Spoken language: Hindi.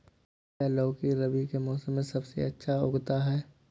क्या लौकी रबी के मौसम में सबसे अच्छा उगता है?